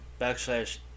backslash